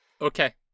Okay